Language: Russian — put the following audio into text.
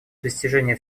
достижения